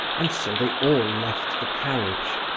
and so they all left the carriage.